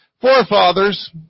forefathers